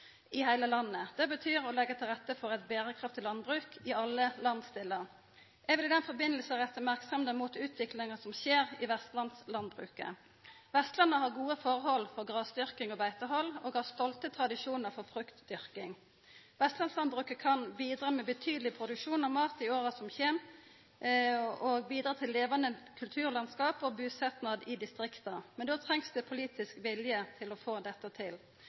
i heile landet. Det betyr å leggja til rette for eit berekraftig landbruk i alle landsdelar. Eg vil i den samanhengen retta merksemda mot utviklinga som skjer i vestlandslandbruket. Vestlandet har gode forhold for grasdyrking og beitehald og har stolte tradisjonar for fruktdyrking. Vestlandslandbruket kan bidra med betydeleg produksjon av mat i åra som kjem, og bidra til levande kulturlandskap og busetjing i distrikta. Men då trengst det politisk vilje til å få dette til.